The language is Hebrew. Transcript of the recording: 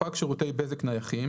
""ספק שירותי בזק נייחים"